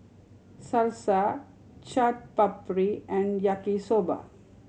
Salsa Chaat Papri and Yaki Soba